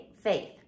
faith